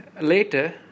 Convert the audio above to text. later